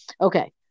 Okay